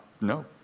no